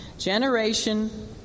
generation